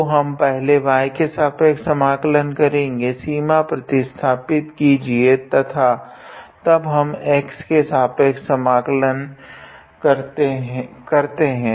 तो हम पहले y के सापेक्ष समाकलन करेगे सीमा प्रतिस्थापित कीजिए तथा तब हम x के सापेक्ष संकलन करते है